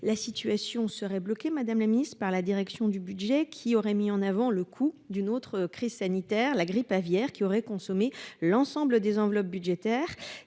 la situation serait bloqué Madame la Ministre par la direction du budget qui aurait mis en avant le coup d'une autre crise sanitaire, la grippe aviaire qui auraient consommé l'ensemble des enveloppes budgétaires,